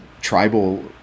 tribal